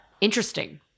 interesting